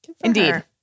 indeed